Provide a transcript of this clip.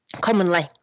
commonly